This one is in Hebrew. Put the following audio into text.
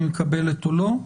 האם היא מקבלת או לא.